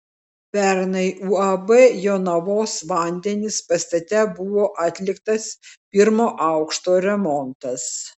pernai uab jonavos vandenys pastate buvo atliktas pirmo aukšto remontas